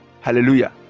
hallelujah